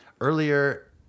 Earlier